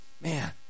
man